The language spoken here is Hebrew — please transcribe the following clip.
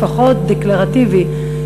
לפחות דקלרטיבי,